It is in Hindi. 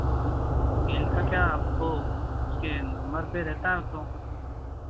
पेरेंट का क्या आपको उसके नंबर पर रहता वो तो